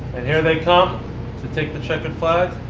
and here they come to take the checkered flag.